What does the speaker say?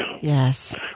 Yes